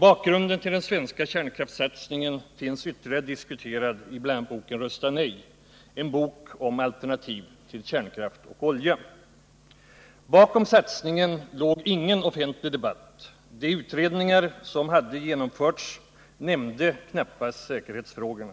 Bakgrunden till den svenska kärnkraftssatsningen finns ytterligare diskuterad i bl.a. boken ”Rösta NEJ! — en bok om alternativ till kärnkraft och olja”. Bakom satsningen låg ingen offentlig debatt. De utredningar som hade genomförts nämnde knappast säkerhetsfrågorna.